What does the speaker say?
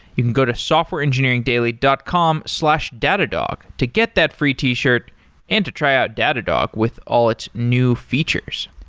you can go to softwareengineeringdaily dot com slash datadog to get that free t-shirt and to try out datadog with all its new features.